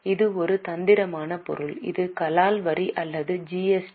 இது ஒரு தந்திரமான பொருள் இது கலால் வரி அல்லது ஜிஎஸ்டி